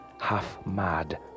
half-mad